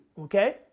okay